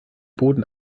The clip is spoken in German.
boden